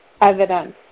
evidence